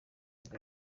nibwo